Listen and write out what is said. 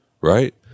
right